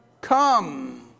come